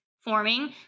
forming